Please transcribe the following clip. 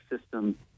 system